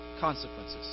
consequences